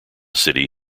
city